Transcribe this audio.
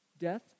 Death